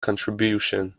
contribution